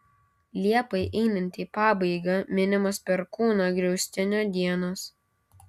liepai einant į pabaigą minimos perkūno griaustinio dienos